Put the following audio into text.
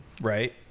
right